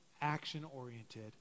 action-oriented